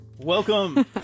Welcome